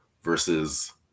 Versus